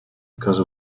because